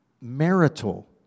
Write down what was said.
marital